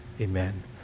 Amen